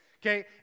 Okay